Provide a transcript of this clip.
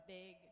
big